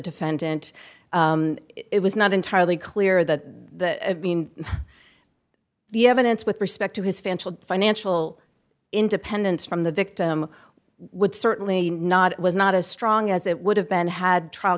defendant it was not entirely clear that being the evidence with respect to his family financial independence from the victim would certainly not was not as strong as it would have been had trial